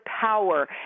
power